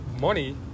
money